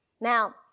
Now